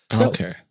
Okay